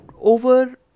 over